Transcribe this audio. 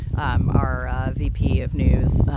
um our vp of news,